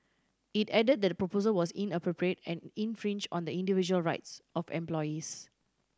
it add that the proposal was inappropriate and infringe on the individual rights of employees